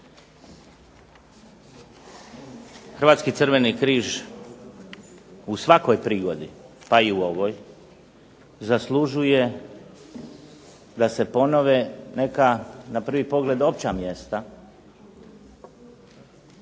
Hrvatski Crveni križ u svakoj prigodi, pa i u ovoj zaslužuje da se ponove neka na prvi pogled opća mjesta.